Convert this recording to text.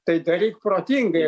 tai daryk protingai